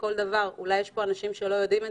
אולי יש פה אנשים שלא יודעים,